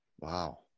Wow